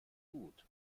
gut